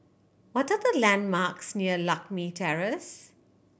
what are the landmarks near Lakme Terrace